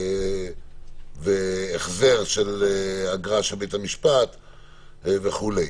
החזר של אגרת בית המשפט וכולי.